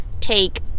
take